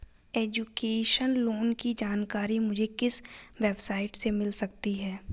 Education loan की जानकारी मुझे किस वेबसाइट से मिल सकती है?